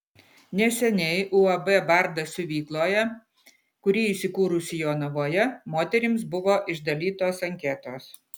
neseniai uab bardas siuvykloje kuri įsikūrusi jonavoje moterims buvo išdalytos anketos